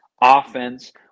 offense